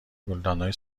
گلدانهای